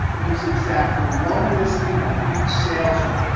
there's exactly one listing of each sales rep.